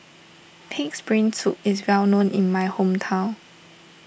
Pig's Brain Soup is well known in my hometown